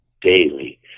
daily